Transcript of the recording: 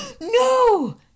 no